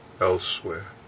elsewhere